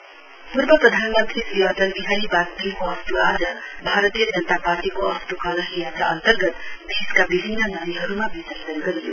BJP पूर्व प्रधानमन्भी श्री अटल बिहारी बाजपेयीको अस्त् आज भारतीय जनता पार्टीको अस्त् कलश यात्रा अन्तर्गत देशका विभिन्न नदीहरूमा विसर्जन गरियो